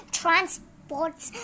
transports